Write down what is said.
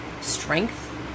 strength